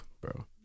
bro